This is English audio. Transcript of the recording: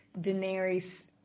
Daenerys